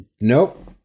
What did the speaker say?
Nope